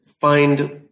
find